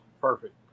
perfect